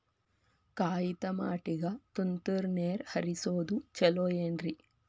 ಕಾಯಿತಮಾಟಿಗ ತುಂತುರ್ ನೇರ್ ಹರಿಸೋದು ಛಲೋ ಏನ್ರಿ?